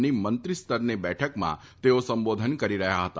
ની મંત્રીસ્તરની બેઠકમાં તેઓ સંબોધન કરી રહ્યા હતા